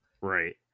right